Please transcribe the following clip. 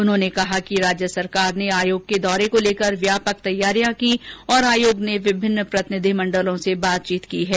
उन्होंने कहा कि राज्य सरकार ने आयोग के दौरे को लेकर व्यापक तैयारियां की और आयोग ने विभिन्न प्रतिनिधि मण्डलों से बातचीत की है